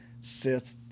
Sith